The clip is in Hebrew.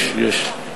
יש, יש.